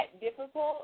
difficult